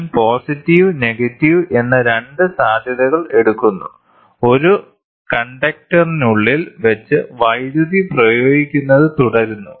ഞാൻ positive negative എന്ന 2 സാധ്യതകൾ എടുക്കുന്നു ഒരു കണ്ടെയ്നറിനുള്ളിൽ വച്ച് വൈദ്യുതി പ്രയോഗിക്കുന്നത് തുടരുന്നു